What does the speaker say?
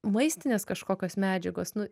maistinės kažkokios medžiagos nu